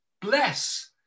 Bless